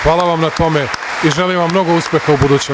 Hvala vam na tome i želim vam mnogo uspeha u budućem